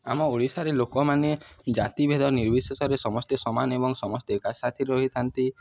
ଆମ ଓଡ଼ିଶାରେ ଲୋକମାନେ ଜାତିଭେଦ ନିର୍ବିଶେଷରେ ସମସ୍ତେ ସମାନ ଏବଂ ସମସ୍ତେ ଏକା ସାଥିରେ ରହିଥାନ୍ତି